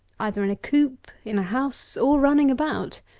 either in a coop, in a house, or running about.